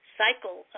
cycle